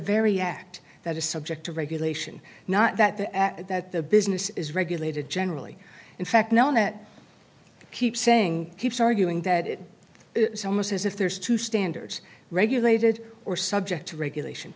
very act that is subject to regulation not that the at that the business is regulated generally in fact known that keeps saying keeps arguing that it is almost as if there's two standards regulated or subject to regulation